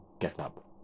getup